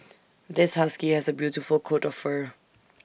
this husky has A beautiful coat of fur